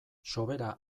sobera